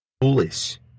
foolish